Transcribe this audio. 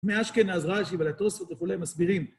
מאשכנז, רש"י ולטוסו וכו', מסבירים.